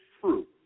true